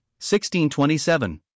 16-27